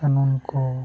ᱠᱟᱹᱱᱩᱱ ᱠᱚ